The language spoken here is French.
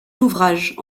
d’ouvrages